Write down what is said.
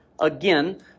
again